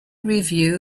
review